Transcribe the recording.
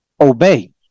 obey